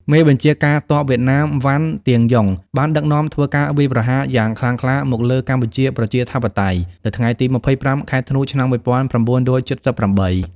មេបញ្ជាការទ័ពវៀតណាម វ៉ាន់ ទៀនយុង បានដឹកនាំធ្វើការ វាយប្រហារយ៉ាងខ្លាំងក្លាមកលើកម្ពុជាប្រជាធិបតេយ្យ នៅថ្ងៃទី២៥ ខែធ្នូ ឆ្នាំ១៩៧៨។